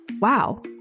wow